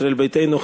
ישראל ביתנו,